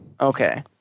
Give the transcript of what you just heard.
Okay